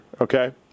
okay